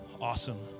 Awesome